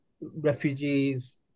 refugees